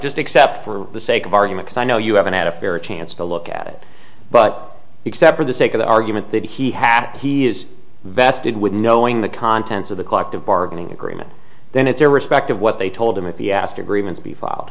just except for the sake of argument i know you haven't had a fair chance to look at it but except for the sake of argument that he hat he is vested with knowing the contents of the clock the bargaining agreement then at their respective what they told him if he asked agreement to be filed